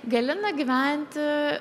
gali na gyventi